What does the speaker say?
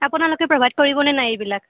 আপোনালোকে প্ৰভাইড কৰিবনে নাই এইবিলাক